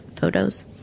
photos